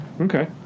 Okay